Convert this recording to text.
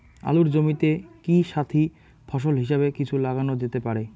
আলুর জমিতে কি সাথি ফসল হিসাবে কিছু লাগানো যেতে পারে?